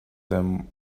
them